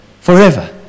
Forever